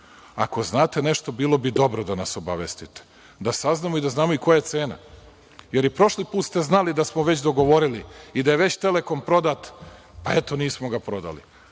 Ako znate nešto bilo bi dobro da nas obavestite, da saznamo i da znamo koja je cena. Prošli put ste znali da smo već dogovorili i da je već Telekom prodat, ali eto, nismo ga prodali.